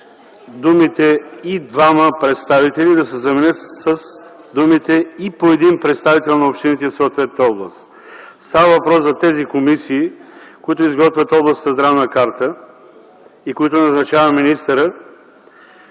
думите „и двама представители” да се заменят с думите „и по един представител на общините в съответната област”. Става въпрос за тези комисии, които изготвят областната здравна карта и които назначава министърът.